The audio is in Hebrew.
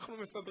בבקשה,